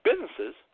businesses